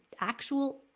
actual